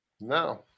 No